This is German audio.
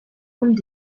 und